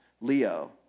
Leo